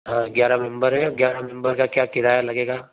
हाँ ग्यारा मेम्बर हैं और ग्यारा मेम्बर का क्या किराया लगेगा